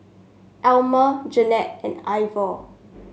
Elmer Jeanette and Ivor